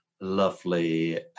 lovely